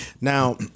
now